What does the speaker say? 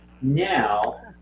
now